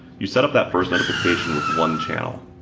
you set up that first notification with one channel.